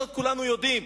זאת כולנו יודעים.